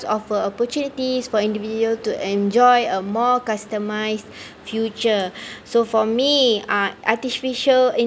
to offer opportunities for individual to enjoy a more customised future so for me art~ artificial